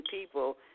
people